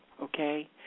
Okay